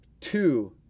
two